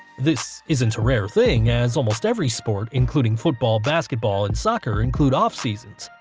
this isn't a rare thing, as almost every sport, including football, basketball and soccer include off-seasons,